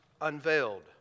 unveiled